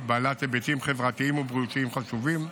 בעלת היבטים חברתיים ובריאותיים חשובים.